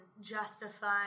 justify